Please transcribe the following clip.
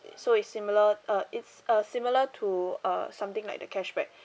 so it's similar uh it's uh similar to uh something like the cashback